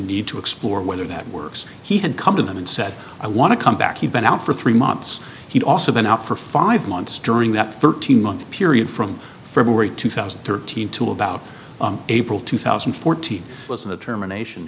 need to explore whether that works he had come to them and said i want to come back you've been out for three months he's also been out for five months during that thirteen month period from february two thousand and thirteen to about april two thousand and fourteen was in the termination